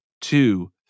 two